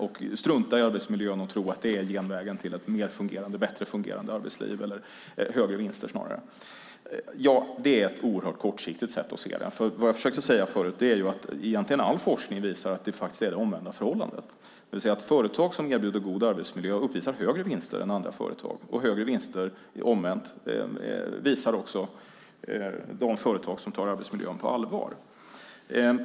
De struntar i arbetsmiljön och tror att det är genvägen till ett bättre fungerande arbetsliv eller högre vinster, snarare. Det är ett oerhört kortsiktigt sätt att se på saken. Vad jag försökte säga förut är att egentligen all forskning visar att det faktiskt är det omvända förhållandet, det vill säga att företag som erbjuder god arbetsmiljö uppvisar högre vinster än andra företag. Högre vinster visar också, omvänt, de företag som tar arbetsmiljön på allvar.